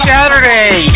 Saturday